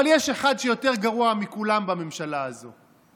אבל יש אחד שיותר גרוע מכולם בממשלה הזאת.